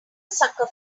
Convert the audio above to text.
sucker